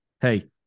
hey